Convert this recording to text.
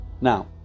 Now